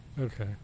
Okay